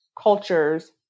cultures